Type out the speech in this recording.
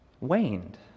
waned